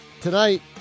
tonight